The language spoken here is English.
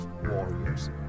warriors